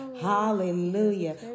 Hallelujah